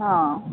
ହଁ